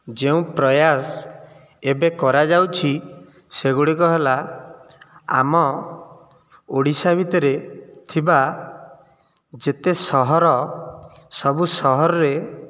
ଯେଉଁ ପ୍ରୟାସ ଏବେ କରାଯାଉଛି ସେଗୁଡ଼ିକ ହେଲା ଆମ ଓଡ଼ିଶା ଭିତରେ ଥିବା ଯେତେ ସହର ସବୁ ସହରରେ